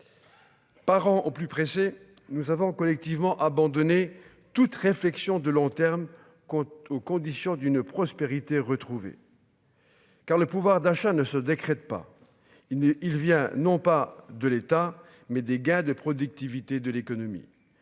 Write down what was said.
Parent au plus pressé : nous avons collectivement abandonner toute réflexion de long terme quant aux conditions d'une prospérité retrouvée. Car le pouvoir d'achat ne se décrète pas, il n'est, il vient non pas de l'État, mais des gains de productivité de l'économie,